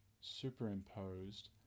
superimposed